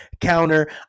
counter